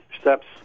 steps